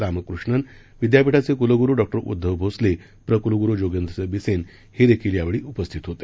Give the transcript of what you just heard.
रामकृष्णन विद्यापीठाचे कुलगुरू डॉ उद्धव भोसले प्र कुलगुरू जोगेंद्रसिंह बिसेन हे देखील यावेळी उपस्थित होते